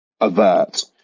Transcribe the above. Avert